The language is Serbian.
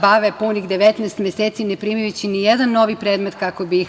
bave punih 19 meseci, neprimajući nijedan novi predmet kako bi